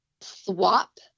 swap